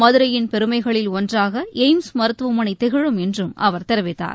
மதுரையின் பெருமைகளில் ஒன்றாகளயிம்ஸ் மருத்துவமனைதிகழும் என்றும் அவர் தெரிவித்தார்